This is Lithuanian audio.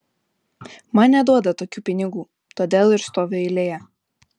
man neduoda tokių pinigų todėl ir stoviu eilėje